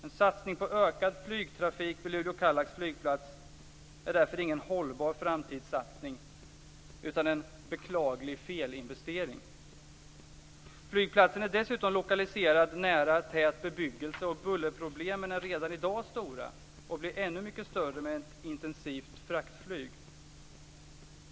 En satsning på ökad flygtrafik vid Luleå/Kallax flygplats är därför ingen hållbar framtidssatsning utan en beklaglig felinvestering. Flygplatsen är dessutom lokaliserad nära tät bebyggelse, och bullerproblemen är redan i dag stora och blir ännu mycket större med ett intensivt fraktflyg.